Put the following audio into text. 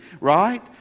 right